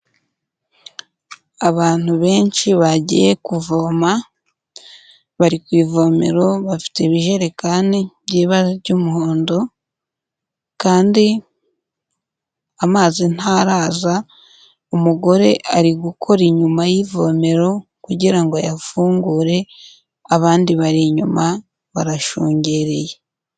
Abantu benshi bagiye kuvoma bari ku ivomero bafite ibijerekani by'ibara ry'umuhondo kandi amazi ntaraza, umugore ari gukora inyuma y'ivomero kugirango ayabafungurire abandi bari inyuma barashungereye.